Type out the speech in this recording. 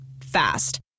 Fast